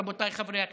רבותיי חברי הכנסת,